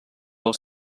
del